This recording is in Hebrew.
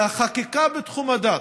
שהחקיקה בתחום הדת,